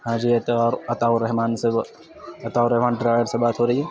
ہاں جی عطاء الرحمان سے عطاء الرحمان ڈرائیور سے بات ہو رہی ہے